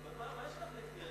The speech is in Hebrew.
אבל מה יש לך נגדי?